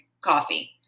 coffee